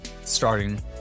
starting